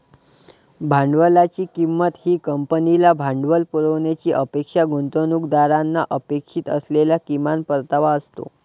भांडवलाची किंमत ही कंपनीला भांडवल पुरवण्याची अपेक्षा गुंतवणूकदारांना अपेक्षित असलेला किमान परतावा असतो